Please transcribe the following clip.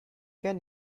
can